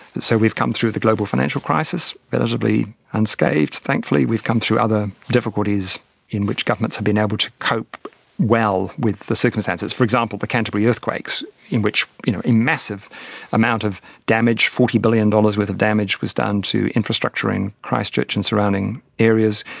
so we've come through the global financial crisis relatively unscathed thankfully, we've come through other difficulties in which governments have been able to cope well with the circumstances. for example, the canterbury earthquakes in which you know a massive amount of damage, forty billion dollars worth of damage was done to infrastructure in christchurch and surrounding areas.